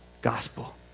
gospel